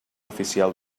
oficial